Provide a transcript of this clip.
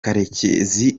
karekezi